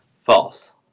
false